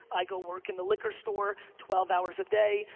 i got work in the liquor store, twelve hours a day,